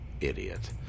Idiot